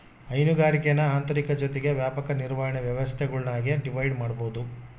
ಹೈನುಗಾರಿಕೇನ ಆಂತರಿಕ ಜೊತಿಗೆ ವ್ಯಾಪಕ ನಿರ್ವಹಣೆ ವ್ಯವಸ್ಥೆಗುಳ್ನಾಗಿ ಡಿವೈಡ್ ಮಾಡ್ಬೋದು